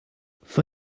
for